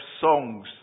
songs